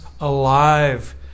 alive